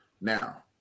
Now